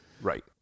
Right